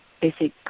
basic